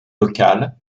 local